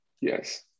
yes